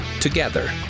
together